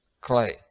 clay